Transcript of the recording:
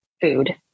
food